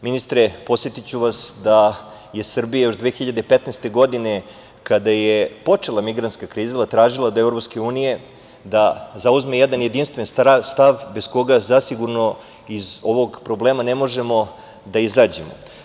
Ministre, podsetiću vas da je Srbija još 2015. godine kada je počela migrantska kriza tražila od EU da zauzme jedan jedinstven stav bez koga zasigurno iz ovog problema ne možemo da izađemo.